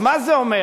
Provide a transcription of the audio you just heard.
אז מה זה אומר?